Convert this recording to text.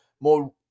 more